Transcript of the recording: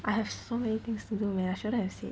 I have so many things to do man I shouldn't have said